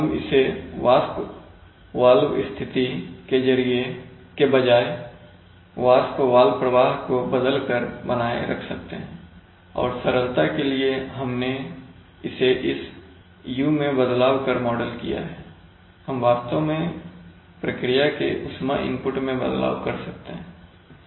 हम इसे वाष्प वाल्व स्थिति के बजाए वाष्प वाल्व प्रवाह को बदल कर बनाए रख रहे हैं और सरलता के लिए हमने इसे इस u मैं बदलाव कर मॉडल किया है हम वास्तव में प्रक्रिया के ऊष्मा इनपुट मैं बदलाव कर सकते हैं